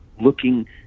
looking